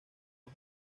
los